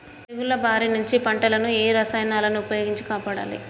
తెగుళ్ల బారి నుంచి పంటలను ఏ రసాయనాలను ఉపయోగించి కాపాడాలి?